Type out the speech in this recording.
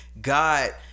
God